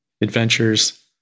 adventures